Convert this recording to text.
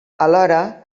alhora